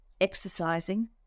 exercising